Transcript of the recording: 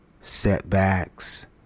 setbacks